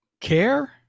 care